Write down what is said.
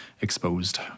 exposed